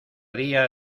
día